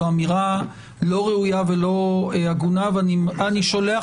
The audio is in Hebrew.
זו אמירה לא ראויה ולא הגונה ואני שולח